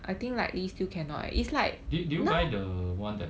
did did you buy the one that